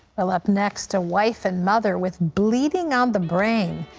well, up next, a wife and mother with bleeding on the brain.